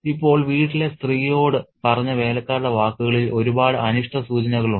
ഇപ്പോൾ വീട്ടിലെ സ്ത്രീയോട് പറഞ്ഞ വേലക്കാരുടെ വാക്കുകളിൽ ഒരുപാട് അനിഷ്ടസൂചനകൾ ഉണ്ട്